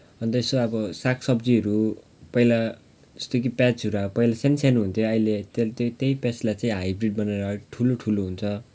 अन्त यसो अब सागसब्जीहरू पहिला जस्तो कि पियाजहरू अब पहिला सानसानो हुन्थ्यो अहिले त्यही पियाजलाई चाहिँ हाइब्रिड बनाएर ठुलो ठुलो हुन्छ